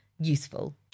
useful